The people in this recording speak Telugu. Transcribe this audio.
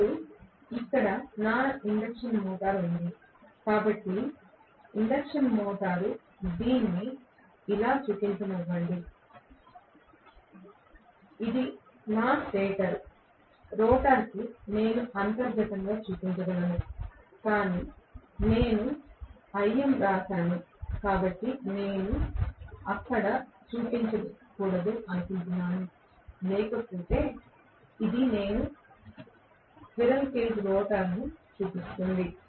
ఇప్పుడు ఇక్కడ నా ఇండక్షన్ మోటారు ఉంది కాబట్టి ఇండక్షన్ మోటారు దీన్ని ఇలా చూపించనివ్వండి ఇది నా స్టేటర్ రోటర్ నేను అంతర్గతంగా చూపించగలను కాని నేను IM వ్రాసాను కాబట్టి నేను దానిని అక్కడ చూపించకూడదనుకుంటున్నాను లేకపోతే ఇది నేను మార్గం స్క్విరెల్ కేజ్ రోటర్ చూపిస్తుంది